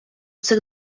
цих